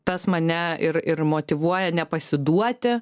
tas mane ir ir motyvuoja nepasiduoti